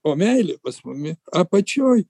o meilė pas mumi apačioj